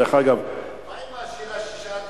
דרך אגב, מה עם השאלה ששאלתי?